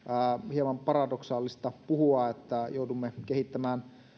hieman paradoksaalista että joudumme kehittämään